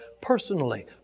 personally